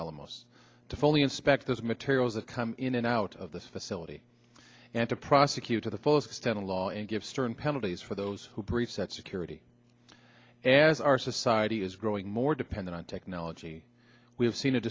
alamos to fully inspect those materials that come in and out of the facility and to prosecute to the fullest extent of law and give certain penalties for those who brief that security as our society is growing more dependent on technology we have seen